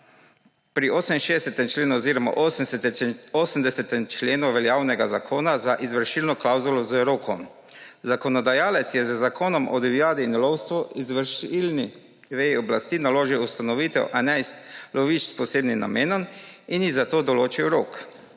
pri 68. oziroma 80. členu veljavnega zakona za izvršilno klavzulo z rokom. Zakonodajalec je z Zakonom o divjadi in lovstvu izvršilni veji oblasti naložil ustanovitev enajstih lovišč s posebnim namenom in ji za to določil rok.